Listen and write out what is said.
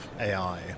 AI